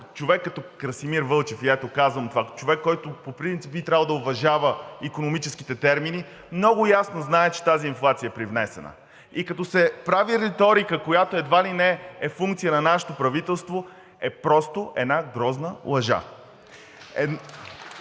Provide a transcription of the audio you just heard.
човек като Красимир Вълчев и казвам това за човек, който по принцип би трябвало да уважава икономическите термини, много ясно знае, че тази инфлация е привнесена. И когато се прави риторика, която едва ли не е функция на нашето правителство, е просто една грозна лъжа!